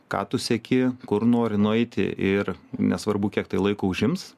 ką tu seki kur nori nueiti ir nesvarbu kiek tai laiko užims